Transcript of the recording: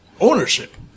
ownership